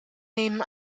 nehmen